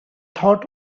thought